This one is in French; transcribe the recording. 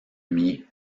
m’y